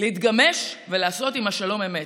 להתגמש "ולעשות עימה שלום אמת".